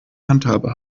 handhabe